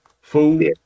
fool